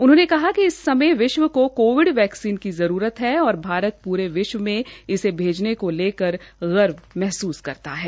उन्होंने कहा कि इस समय विश्व को कोविड वैक्सीन की जरूरत है और भारत पूरे विश्व में इसे भेजने को लेकर गर्व महसूस करता है